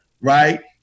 right